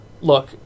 look